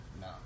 No